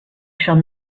shall